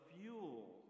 fuel